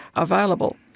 available.